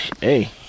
Hey